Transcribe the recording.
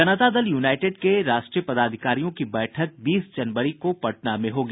जनता Dal United के राष्ट्रीय पदाधिकारियों की बैठक बीस जनवरी को पटना में होगी